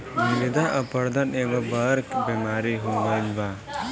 मृदा अपरदन एगो बड़ बेमारी हो गईल बा